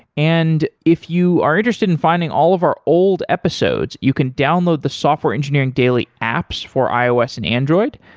and if you are interested in finding all of our old episodes, you can download the software engineering daily apps for ios and android.